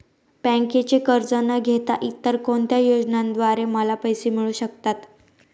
बँकेचे कर्ज न घेता इतर कोणत्या योजनांद्वारे मला पैसे मिळू शकतात?